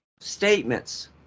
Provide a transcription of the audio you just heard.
statements